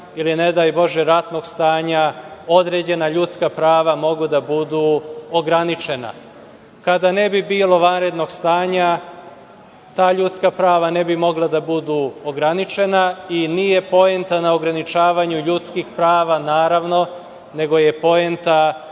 ili ne daj bože ratnog stanja, određena ljudska prava mogu da budu ograničena. Kada ne bi bilo vanrednog stanja, ta ljudska prava ne bi mogla da budu ograničena i nije poenta na ograničavanju ljudskih prava, naravno, nego je poenta